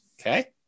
Okay